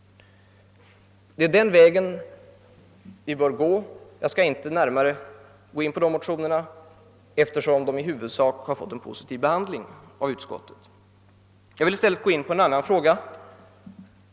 Det är den vägen vi bör gå. Jag skall inte närmare ge mig in på de ifrågavarande motionerna, eftersom de i huvudsak har fått en positiv behandling av utskottet. Jag vill i stället ta upp en annan fråga.